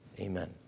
Amen